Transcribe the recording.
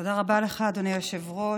תודה רבה לך, אדוני היושב-ראש.